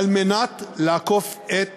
כדי לאכוף את